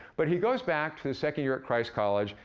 but he goes back to the second year at christ college,